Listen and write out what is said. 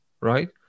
right